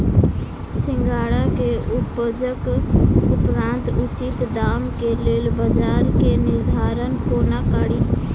सिंघाड़ा केँ उपजक उपरांत उचित दाम केँ लेल बजार केँ निर्धारण कोना कड़ी?